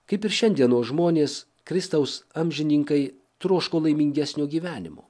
kaip ir šiandienos žmonės kristaus amžininkai troško laimingesnio gyvenimo